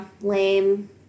Lame